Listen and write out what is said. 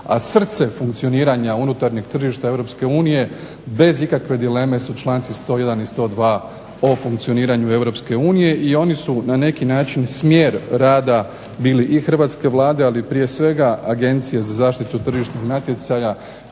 a srce funkcioniranja unutarnjeg tržišta EU bez ikakve dileme su članice 101 i 102 o funkcioniranju EU i oni su na neki način smjer rada bili i hrvatske Vlade, ali prije svega Agencije za zaštitu tržišnog natjecanja